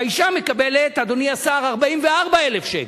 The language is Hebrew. והאשה מקבלת, אדוני השר, 44,000 שקל.